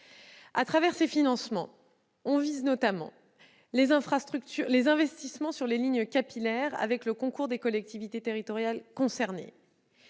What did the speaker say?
Au travers de ces financements, on vise notamment les investissements sur les lignes capillaires avec le concours des collectivités territoriales concernées.